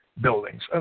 buildings